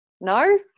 no